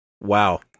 Wow